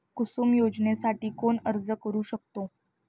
कुसुम योजनेसाठी कोण अर्ज करू शकतो?